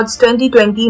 2020